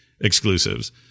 exclusives